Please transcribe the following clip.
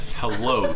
hello